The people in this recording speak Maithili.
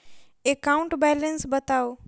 एकाउंट बैलेंस बताउ